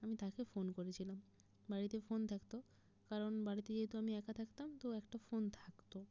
আমি তাকে ফোন করেছিলাম বাড়িতে ফোন থাকত কারণ বাড়িতে যেহেতু আমি একা থাকতাম তো একটা ফোন থাকত